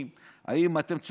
האם אתם רציניים?